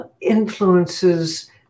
influences